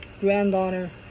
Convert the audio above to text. granddaughter